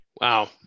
Wow